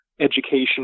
education